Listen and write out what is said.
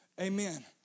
Amen